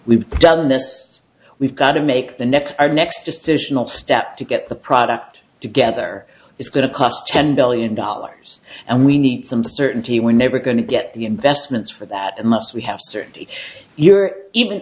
we've done this we've got to make the next our next decisional step to get the product together it's going to cost ten billion dollars and we need some certainty we're never going to get the investments for that unless we have certainty you're even